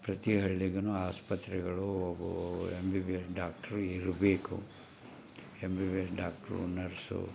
ಪ್ರತಿ ಹಳ್ಳಿಗುನು ಆಸ್ಪತ್ರೆಗಳು ಹಾಗೂ M B B S doctor ಇರ್ಬೇಕು M B B S doctor nurse